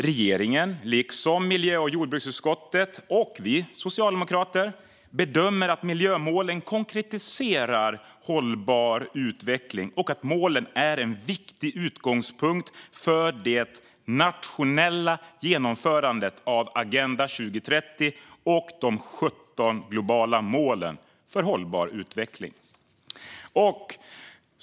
Regeringen, liksom miljö och jordbruksutskottet och vi socialdemokrater, bedömer att miljömålen konkretiserar hållbar utveckling och att målen är en viktig utgångspunkt för det nationella genomförandet av Agenda 2030 och de 17 globala målen för hållbar utveckling.